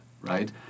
right